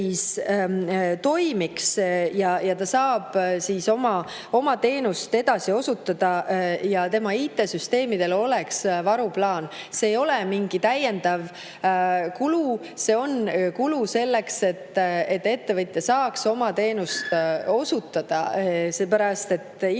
toimiks, ta saaks oma teenust edasi osutada ja tema IT-süsteemidel oleks varuplaan. See ei ole mingi täiendav kulu, see on kulu selleks, et ettevõtja saaks oma teenust alati osutada. Infosüsteemid